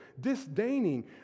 disdaining